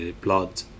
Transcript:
blood